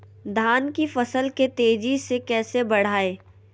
धान की फसल के तेजी से कैसे बढ़ाएं?